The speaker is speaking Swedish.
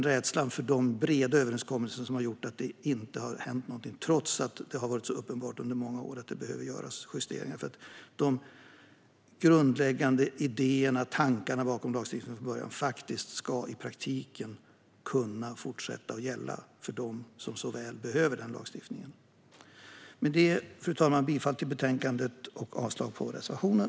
Rädslan för att ingå breda överenskommelser har gjort att det inte har hänt någonting, trots att det under många år har varit uppenbart att justeringar behövs. De från början grundläggande idéerna och tankarna bakom lagstiftningen ska i praktiken fortsätta att gälla för dem som så väl behöver lagstiftningen. Fru talman! Jag yrkar bifall till förslaget i betänkandet och avslag på reservationen.